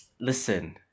Listen